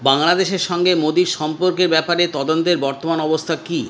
বাংলাদেশের সঙ্গে মোদীর সম্পর্কের ব্যাপারে তদন্তের বর্তমান অবস্থা কী